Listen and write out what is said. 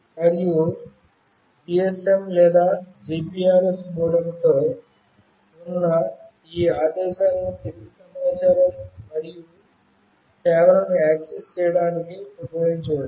మరియు GSM లేదా GPRS మోడెమ్తో ఉన్న ఈ ఆదేశాలను కింది సమాచారం మరియు సేవలను యాక్సెస్ చేయడానికి ఉపయోగించవచ్చు